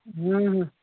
हम्म